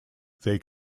they